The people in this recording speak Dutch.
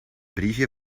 briefje